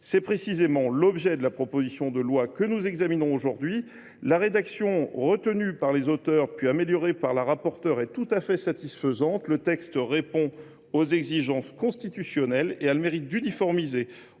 C’est précisément l’objet de la proposition de loi que nous examinons aujourd’hui. La rédaction retenue par les auteurs, puis améliorée par Mme la rapporteure, est tout à fait satisfaisante. Le texte répond aux exigences constitutionnelles et a le mérite d’uniformiser,